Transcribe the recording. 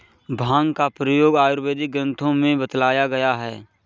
भाँग का प्रयोग आयुर्वेदिक ग्रन्थों में बतलाया गया है